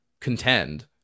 contend